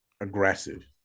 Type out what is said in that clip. aggressive